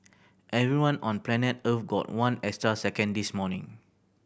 everyone on planet Earth got one extra second this morning